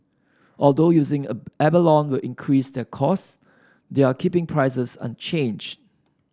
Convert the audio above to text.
although using a abalone will increase their cost they are keeping prices unchanged